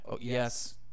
yes